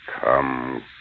Come